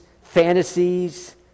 fantasies